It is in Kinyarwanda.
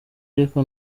ariko